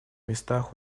местах